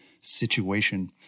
situation